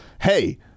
hey